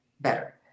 better